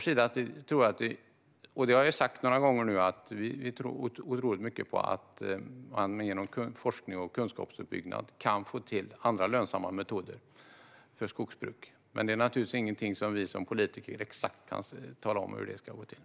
Som jag har sagt tror vi mycket på att man genom forskning och kunskapsuppbyggnad kan få till andra lönsamma metoder för skogsbruk. Men som politiker kan vi givetvis inte tala om exakt hur det ska gå till.